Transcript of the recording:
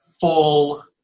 full